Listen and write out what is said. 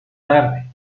tarde